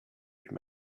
would